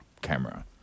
camera